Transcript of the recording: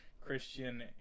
Christian